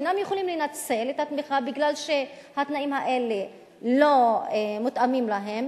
אינם יכולים לנצל את התמיכה בגלל שהתנאים האלה לא מותאמים להם,